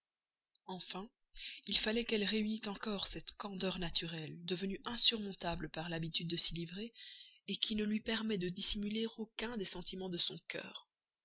enfin il fallait y réunir encore cette candeur naturelle devenue insurmontable par l'habitude de s'y livrer qui ne lui permet de dissimuler aucun des sentiments de son cœur